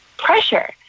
Pressure